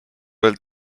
veel